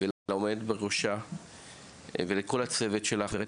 ולעומדת בראשה ולכל הצוות שלך ורד,